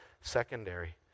secondary